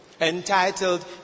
entitled